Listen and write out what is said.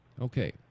Okay